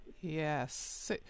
Yes